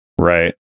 Right